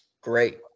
Great